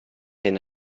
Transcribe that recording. hyn